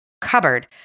cupboard